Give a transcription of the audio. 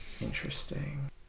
Interesting